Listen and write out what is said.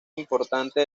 importante